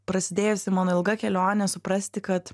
prasidėjusi mano ilga kelionė suprasti kad